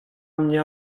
mnie